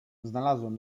znalazłem